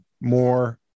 more